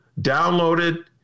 downloaded